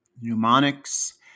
mnemonics